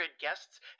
guests